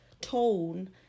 tone